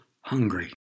hungry